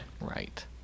Right